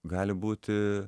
gali būti